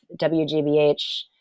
WGBH